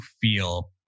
feel